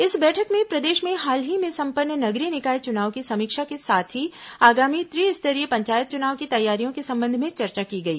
इस बैठक में प्रदेश में हाल ही में संपन्न नगरीय निकाय चुनाव की समीक्षा के साथ ही आगामी त्रि स्तरीय पंचायत चुनाव की तैयारियों के संबंध में चर्चा की गई